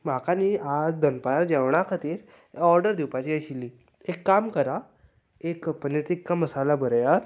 म्हाका न्ही आज दनपारां जेवणाक खातीर ऑर्डर दिवपाची आशिल्ली एक काम करात एक पनीर टिक्का मसाला बरयात